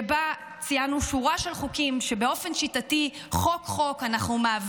שבה ציינו שורה של חוקים שאנחנו מעבירים